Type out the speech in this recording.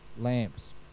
lamps